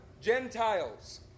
Gentiles